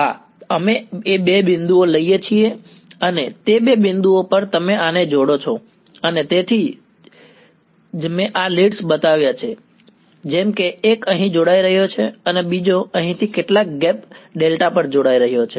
હા અમે બે બિંદુઓ લઈએ છીએ અને તે બે બિંદુઓ પર તમે આને જોડો છો અને તેથી તેથી જ મેં આ લીડ્સ બતાવ્યા છે જેમ કે એક અહીં જોડાઈ રહ્યો છે અને બીજો અહીંથી કેટલાક ગેપ ડેલ્ટા પર જોડાઈ રહ્યો છે